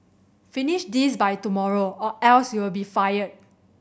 finish this by tomorrow or else you'll be fired